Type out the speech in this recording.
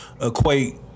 equate